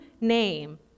name